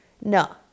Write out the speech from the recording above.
No